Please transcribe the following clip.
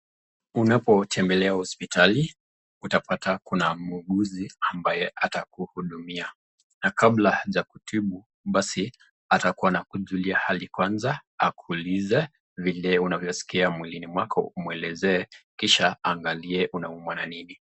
Unapotembelea hospitali utapata kuna muuguzi ambaye atakuhudumia . Na kabla hajakutibu basi atakua anakujulia hali kwanza ,akuulize vile unavyosikia mwilini mwako umwelezee kisha aangalie unaumwa na nini.